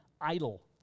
idle